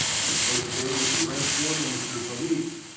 i spoke today with iran's foreign minister zarif.